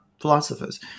philosophers